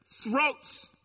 throats